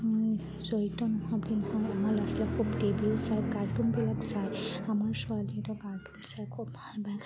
জড়িত হয় কি নহয় আমাৰ ল'ৰা ছোৱালী খুব টি ভিও চায় কাৰ্টুনবিলাক চায় আমাৰ ছোৱালীয়েতো কাৰ্টুন চাই খুব ভাল পায় কাৰণ